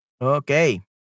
Okay